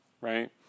right